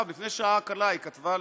לפני שעה קלה היא כתבה לי,